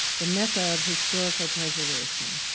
the mecca of historical preservation.